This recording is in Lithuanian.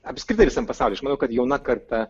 apskritai visam pasauly aš manau kad jauna karta